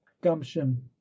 gumption